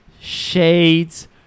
shades